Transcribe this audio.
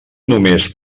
només